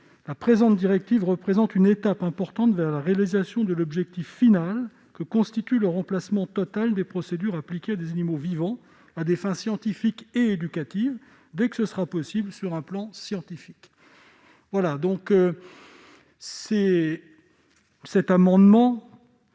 représente, selon ses propres termes, « une étape importante vers la réalisation de l'objectif final que constitue le remplacement total des procédures appliquées à des animaux vivants à des fins scientifiques et éducatives, dès que cela sera possible sur un plan scientifique ». Dans ce cadre,